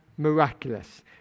Miraculous